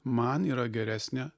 man yra geresnė